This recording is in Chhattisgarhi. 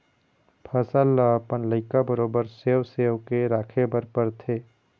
फसल ल अपन लइका बरोबर सेव सेव के राखे बर परथे